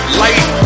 light